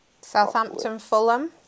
Southampton-Fulham